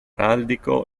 araldico